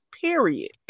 Period